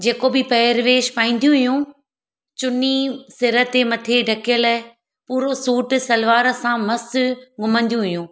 जेको बि पेरवेश पाईंदियूं हुयूं चुनी सिर ते मथे ढकियल पूरो सूट सलवार सां मस्तु घुमंदियूं हुयूं